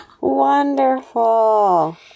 Wonderful